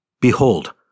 Behold